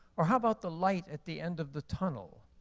or how about the light at the end of the tunnel?